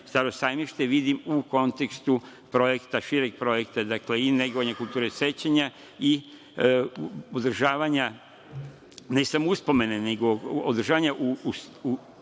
„Staro sajmište“ vidim u kontekstu šireg projekta, dakle i negovanja kulture sećanja i održavanja, ne samo uspomene, nego održavanja